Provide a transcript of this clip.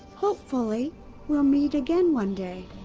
hopefully we'll meet again one day.